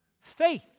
Faith